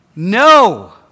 No